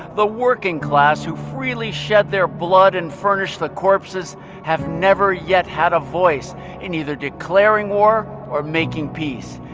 the working class who freely shed their blood and furnish the corpses have never yet had a voice in either declaring war or making peace.